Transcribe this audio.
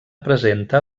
presenta